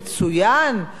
והספר הזה והזה,